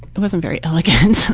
it wasn't very elegant.